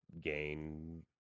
gain